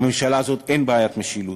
לממשלה הזאת אין בעיית משילות.